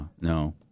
No